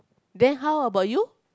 then how about you